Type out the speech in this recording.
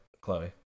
Chloe